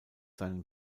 seinen